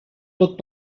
tot